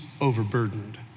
overburdened